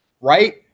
right